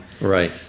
Right